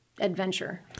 adventure